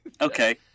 Okay